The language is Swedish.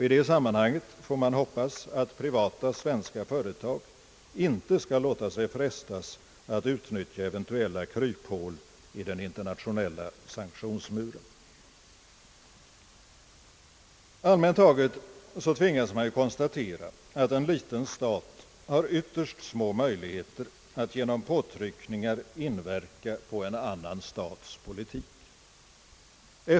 I det sammanhanget får man hoppas att privata svenska företag inte skall låta sig frestas att utnyttja eventuella kryphål i den internationella sanktionsmuren. Allmänt sett tvingas man ju konstatera, att en liten stat har ytterst små möjligheter att genom påtryckningar inverka på en annan stats politik.